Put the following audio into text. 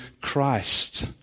Christ